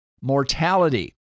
mortality